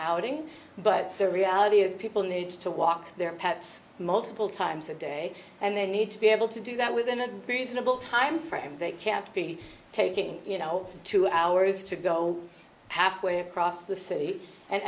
outing but the reality is people needs to walk their pets multiple times a day and they need to be able to do that within a reasonable timeframe they kept be taking you know two hours to go halfway across the city and